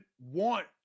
want